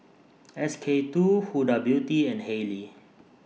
S K two Huda Beauty and Haylee